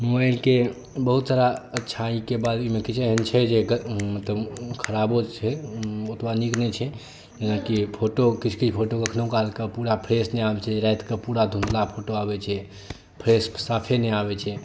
मोबाइलके बहुत सारा अच्छाइके बारेमे किछु एहन छै से एकर खराबो छै ओतबा नीक नहि छै जेनाकि फोटो किछु किछु फोटो कखनो काल कए पूरा फ्रेस नहि आबै छै रातिकऽ पूरा धुँधला फोटो आबै छै फ्रेस साफे नहि आबै छै